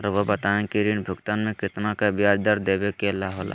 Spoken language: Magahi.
रहुआ बताइं कि ऋण भुगतान में कितना का ब्याज दर देवें के होला?